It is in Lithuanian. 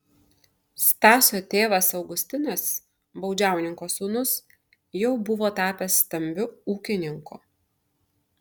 stasio tėvas augustinas baudžiauninko sūnus jau buvo tapęs stambiu ūkininku